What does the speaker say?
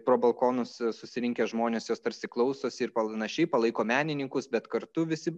pro balkonus susirinkę žmonės jos tarsi klausosi ir panašiai palaiko menininkus bet kartu visi